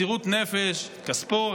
הקריב במסירות נפש את כספו,